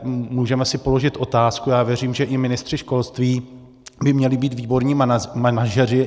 Můžeme si položit otázku a já věřím, že i ministři školství by měli být výborní manažeři.